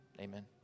amen